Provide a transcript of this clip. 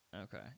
Okay